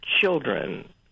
children